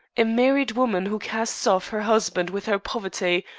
a married woman who casts off her husband with her poverty,